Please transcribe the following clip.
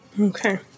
Okay